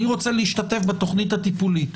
אני רוצה להשתתף בתוכנית הטיפולית.